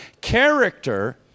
Character